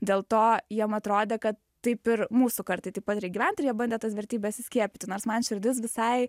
dėl to jiem atrodė kad taip ir mūsų kartai taip pat reik gyvent ir jie bandė tas vertybes įskiepyti nors man širdis visai